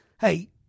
hey